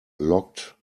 locked